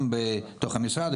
גם בתוך המשרד,